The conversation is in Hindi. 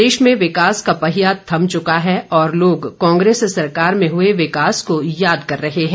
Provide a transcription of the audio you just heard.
प्रदेश में विकास का पहिया थम चुका है और लोग कांग्रेस सरकार में हुए विकास को याद कर रहे है